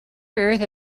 earth